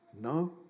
No